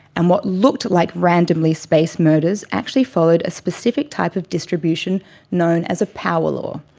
and what looked like randomly spaced murders actually followed a specific type of distribution known as a power law.